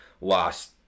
lost